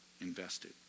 invested